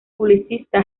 publicista